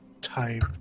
type